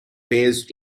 based